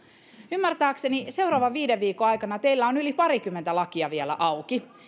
ymmärtääkseni seuraavan viiden viikon aikana teillä on yli parikymmentä lakia vielä auki